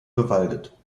bewaldet